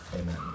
Amen